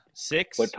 Six